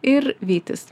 ir vytis